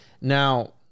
Now